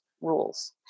rules